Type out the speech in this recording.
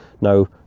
no